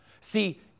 See